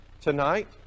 tonight